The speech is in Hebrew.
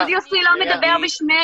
סטודיו C לא מדבר בשמנו.